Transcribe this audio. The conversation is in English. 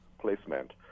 placement